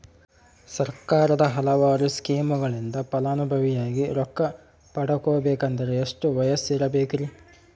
ಸರ್ಕಾರದ ಹಲವಾರು ಸ್ಕೇಮುಗಳಿಂದ ಫಲಾನುಭವಿಯಾಗಿ ರೊಕ್ಕ ಪಡಕೊಬೇಕಂದರೆ ಎಷ್ಟು ವಯಸ್ಸಿರಬೇಕ್ರಿ?